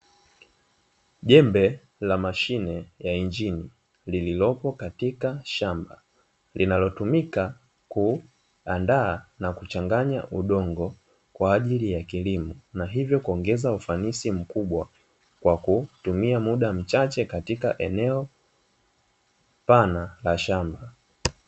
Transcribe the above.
Jembe la mashine ya injini lililopo katika shamba linalotumika kuandaa na kuchanganya udongo kwajili ya kilimo, na hivyo kuongeza ufanisi mkubwa kwa kutumia muda mchache katika eneo pana la shamba.